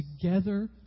together